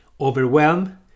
overwhelm